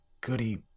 goody